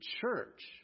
church